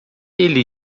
ele